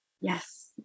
Yes